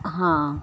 हां